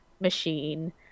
machine